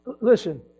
Listen